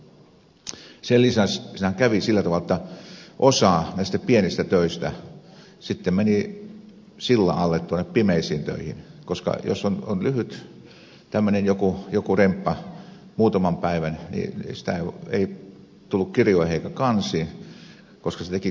sen lisäksi siinähän kävi sillä tavalla jotta osa näistä pienistä töistä meni sillan alle pimeisiin töihin koska jos on lyhyt joku muutaman päivän remppa niin sitä ei tullut kirjoihin eikä kansiin koska se teki kaksi asiaa